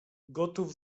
gotów